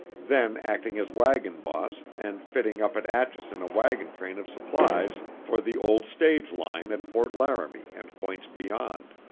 then acting as wagon boss and fitting up at atchison a wagon train of supplies for the old stage line at fort laramie and points beyond.